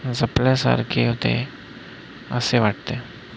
जपल्यासारखे होते असे वाटते